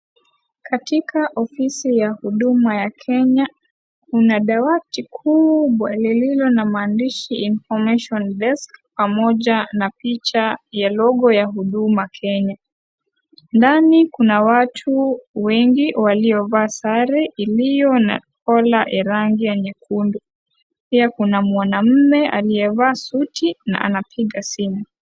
Katika ofisi ya huduma ya Kenya kuna dawati kubwa lililo na maandishi information desk pamoja na picha ya logo ya huduma Kenya, ndani kuna watu wengi walio vaa sare iliyo na kola ya rangi ya nyekundu pia kuna mwanaume aliyevaa suti na anapiga simu.